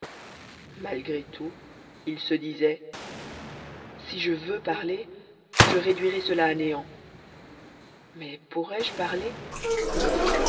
malgré tout il se disait si je veux parler je réduirai cela à néant mais pourrai-je parler